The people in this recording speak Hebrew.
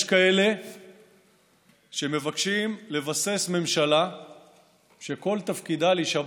יש כאלה שמבקשים לבסס ממשלה שכל תפקידה להישבע